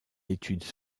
études